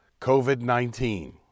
COVID-19